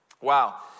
Wow